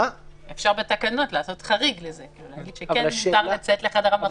אפשר בתקנות לעשות חריג לזה ולהגיד שכן מותר לצאת לחדר המדרגות.